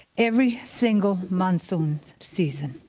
every single monsoon season.